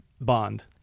Bond